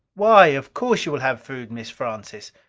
why? of course you will have food, mrs. francis.